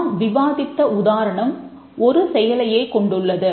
நாம் விவாதித்த உதாரணம் ஒரு செயலையே கொண்டுள்ளது